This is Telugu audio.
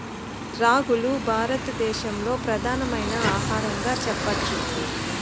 రాగులు భారత దేశంలో ప్రధానమైన ఆహారంగా చెప్పచ్చు